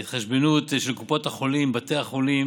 ההתחשבנות של קופות החולים